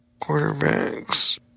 Quarterbacks